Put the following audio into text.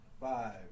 Five